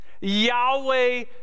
Yahweh